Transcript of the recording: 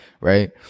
Right